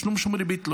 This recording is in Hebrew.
שום ריבית.